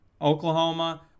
Oklahoma